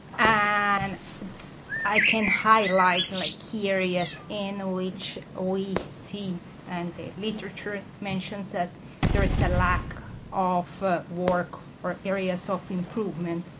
and i can highlight and like key areas in which we see and the literature mentions that there is a lack of work or areas so of improvement.